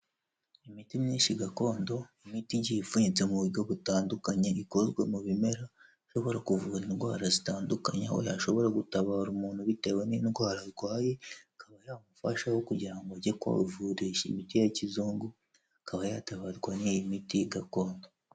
Imiti myinshi gakondo, imiti igiye ipfunyitse mu buryo butandukanye ikozwe mu bimera aho ishobora kuvura indwara zitandukanye aho yashobora gutabara umuntu bitewe n'indwara arwaye, ikaba yamufasha aho kugira ngo ujye kwivurisha imiti ya kizungu, akaba yatabarwa n'iyi miti gakondo.